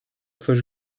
coś